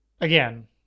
again